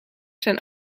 zijn